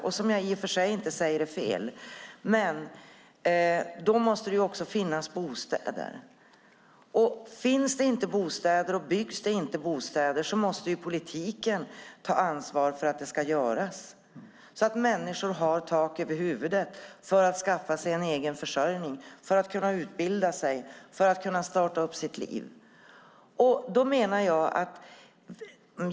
Jag säger inte att det är fel, men det måste ju också finnas bostäder. Finns det inte bostäder och byggs det inte bostäder måste politiken ta ansvar för att det görs. Människor måste ha tak över huvudet för att kunna skaffa sig egen försörjning, för att kunna utbilda sig och för att kunna starta sina liv.